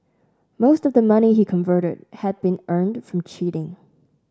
most of the money he converted had been earned from cheating